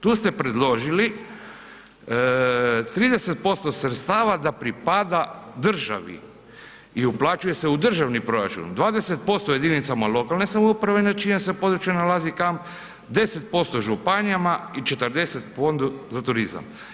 Tu ste predložili 30% sredstava da pripada državi i uplaćuje se u državni proračun, 20% jedinicama lokalne samouprave na čijem se području nalazi kamp, 10% županijama i 40 fondu za turizam.